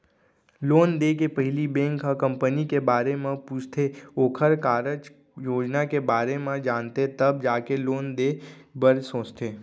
loan देय के पहिली बेंक ह कंपनी के बारे म पूछथे ओखर कारज योजना के बारे म जानथे तब जाके लोन देय बर सोचथे